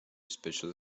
special